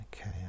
Okay